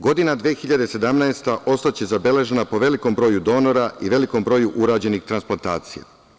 Godina 2017. ostaće zabeležena po velikom broju donora i velikom broju urađenih transplantacija.